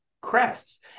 crests